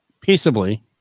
peaceably